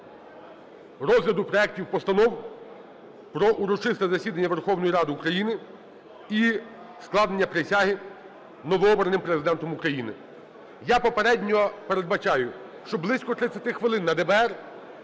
розгляду проектів постанов про урочисте засідання Верховної Ради України і складення присяги новообраним Президентом України. Я попередньо передбачаю, що близько 30 хвилин на ДБР,